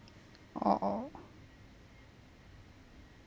orh orh